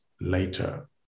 later